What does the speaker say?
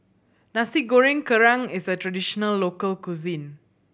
Nasi Goreng Kerang is a traditional local cuisine